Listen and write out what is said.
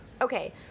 Okay